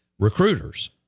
Recruiters